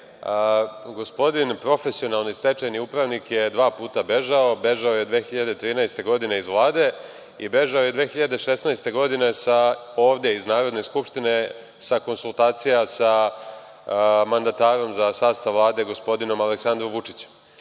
profesionalni stečajni upravnik je dva puta bežao. Bežao je 2013. godine iz Vlade i bežao je 2016. godine, ovde, iz Narodne skupštine sa konsultacija sa mandatarom za sastav Vlade, gospodinom Aleksandrom Vučićem.I